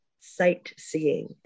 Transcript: sightseeing